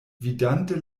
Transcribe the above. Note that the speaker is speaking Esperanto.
vidante